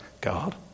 God